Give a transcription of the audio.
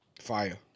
fire